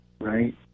right